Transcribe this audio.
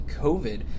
COVID